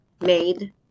made